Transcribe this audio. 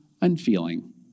unfeeling